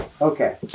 Okay